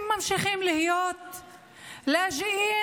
הם ממשיכים להיות (אומרת בערבית: